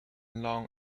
long